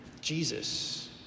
Jesus